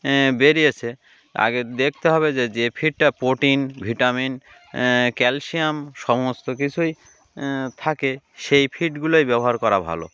বেরিয়েছে আগে দেখতে হবে যে যে ফিডটা প্রোটিন ভিটামিন ক্যালসিয়াম সমস্ত কিছুই থাকে সেই ফিডগুলোই ব্যবহার করা ভালো